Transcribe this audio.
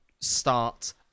start